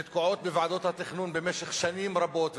שתקועות בוועדות התכנון במשך שנים רבות,